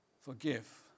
forgive